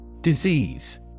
Disease